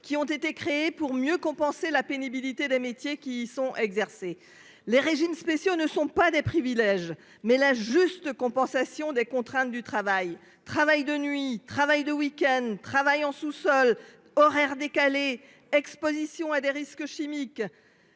qui ont été créés pour mieux compenser la pénibilité de certains métiers. Les régimes spéciaux sont non pas des privilèges, mais la juste compensation des contraintes du travail- travail de nuit, de week-end ou en sous-sol, horaires décalés, exposition à des risques chimiques,